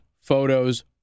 photos